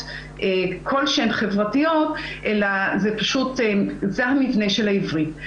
כלשהן חברתיות אלא זה פשוט המבנה של העברית.